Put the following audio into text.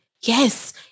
yes